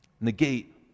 negate